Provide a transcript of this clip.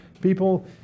people